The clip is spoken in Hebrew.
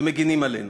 ומגינים עלינו.